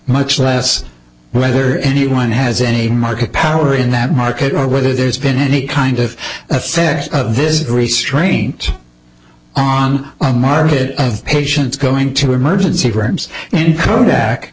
much less whether anyone has any market power in that market or whether there's been any kind of effect of visit restraint on the market of patients going to emergency rooms and kodak